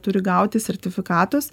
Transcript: turi gauti sertifikatus